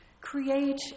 Create